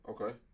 Okay